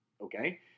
Okay